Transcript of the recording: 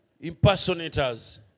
impersonators